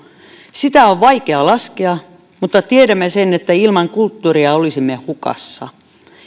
sitä on vaikea laskea mutta tiedämme sen että ilman kulttuuria olisimme hukassa